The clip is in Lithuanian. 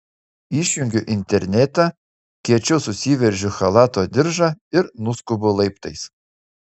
išjungiu internetą kiečiau susiveržiu chalato diržą ir nuskubu laiptais